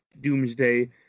Doomsday